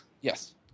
Yes